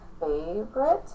favorite